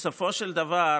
שבסופו של דבר,